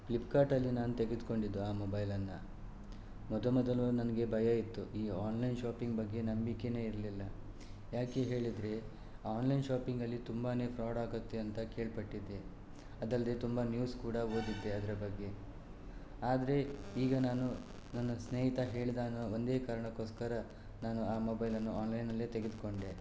ಫ್ಲಿಪ್ಕಾರ್ಟಲ್ಲಿ ನಾನು ತೆಗೆದುಕೊಂಡಿದ್ದು ಆ ಮೊಬೈಲನ್ನು ಮೊದಮೊದಲು ನನಗೆ ಭಯ ಇತ್ತು ಈ ಆನ್ಲೈನ್ ಶಾಪಿಂಗ್ ಬಗ್ಗೆ ನಂಬಿಕೆಯೇ ಇರಲಿಲ್ಲ ಯಾಕೆ ಹೇಳಿದರೆ ಆನ್ಲೈನ್ ಶಾಪಿಂಗಲ್ಲಿ ತುಂಬಾನೇ ಫ್ರಾಡ್ ಆಗತ್ತೆ ಅಂತ ಕೇಳ್ಪಟ್ಟಿದ್ದೆ ಅದಲ್ಲದೆ ತುಂಬ ನ್ಯೂಸ್ ಕೂಡ ಓದಿದ್ದೆ ಅದರ ಬಗ್ಗೆ ಆದರೆ ಈಗ ನಾನು ನನ್ನ ಸ್ನೇಹಿತ ಹೇಳಿದ ಅನ್ನೋ ಒಂದೇ ಕಾರಣಕ್ಕೋಸ್ಕರ ನಾನು ಆ ಮೊಬೈಲನ್ನು ಆನ್ಲೈಲ್ಲೇ ತೆಗೆದುಕೊಂಡೆ